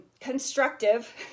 constructive